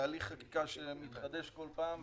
תהליך חקיקה שמתחדש בכל פעם,